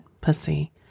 pussy